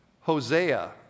Hosea